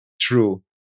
true